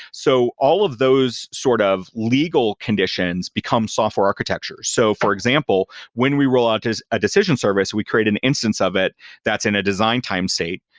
so all of those sort of legal conditions become software architecture. so for example, when we rollout a decision service, we create an instance of it that's in a design time state.